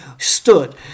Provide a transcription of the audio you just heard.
stood